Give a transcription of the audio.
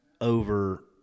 over